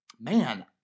man